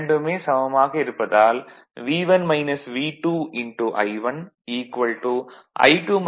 இரண்டுமே சமமாக இருப்பதால் I1 V2